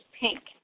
pink